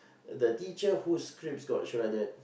the teacher whose scripts got shredded